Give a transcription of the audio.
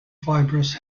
fibrous